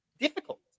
difficult